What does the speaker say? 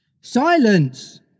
Silence